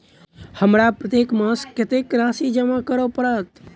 हमरा प्रत्येक मास कत्तेक राशि जमा करऽ पड़त?